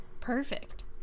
Perfect